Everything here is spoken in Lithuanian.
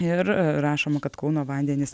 ir rašoma kad kauno vandenys